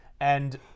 and-